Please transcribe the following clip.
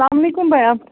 سلام علیکم بیا